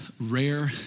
rare